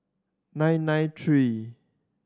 nine nine three